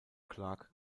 clarke